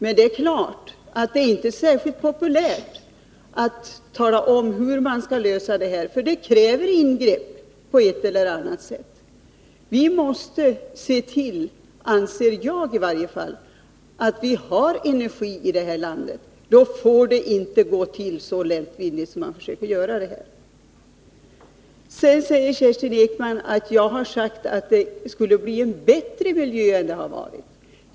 Och det är klart att det inte är särskilt populärt att tala om hur man skall lösa den här frågan, för det kräver ingrepp, på ett eller annat sätt. Vi måste — det anser i varje fall jag — se till att vi har energi i detta land. Då får man inte låta det gå så lättvindigt till som man här försöker göra. Enligt Kerstin Ekman skulle jag ha sagt att det kommer att bli en bättre miljö än vad det har varit.